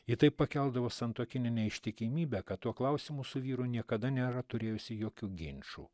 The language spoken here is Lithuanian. ji taip pakeldavo santuokinę neištikimybę kad tuo klausimu su vyru niekada nėra turėjusi jokių ginčų